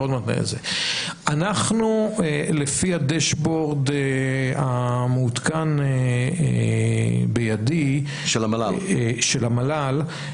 לפי הדשבורד המעודכן בידי של המל"ל,